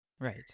Right